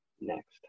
next